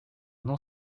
non